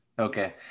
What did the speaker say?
Okay